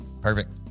Perfect